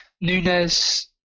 Nunez